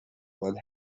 while